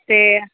से